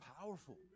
powerful